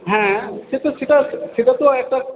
হ্যাঁ সে তো সেটা সেটা তো একটা